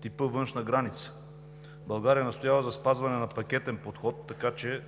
типа външна граница. България настоява за спазване на пакетен подход, така че